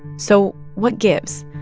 so what gives?